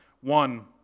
one